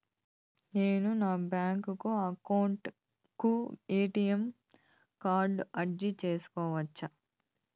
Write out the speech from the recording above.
నేను నా bank account కు ఎ.టి.ఎం కార్డు అర్జీ సేసుకోవచ్చా?